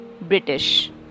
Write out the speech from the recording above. British